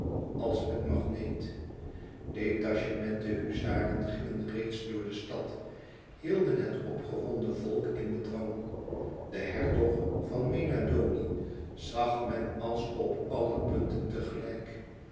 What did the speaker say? als met magneet detachementen huzaren gingen reeds door de stad hielden het opgewonden volk in bedwang de hertog van mena doni zag men als op alle punten tegelijk